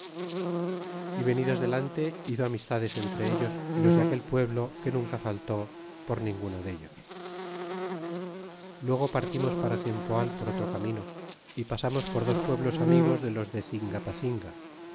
y venidos delante hizo amistades entre ellos y los de aquel pueblo que nunca faltó por ninguno dellos y luego partimos para cempoal por otro camino y pasamos por dos pueblos amigos de los de cingapacinga